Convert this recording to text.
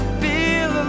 feel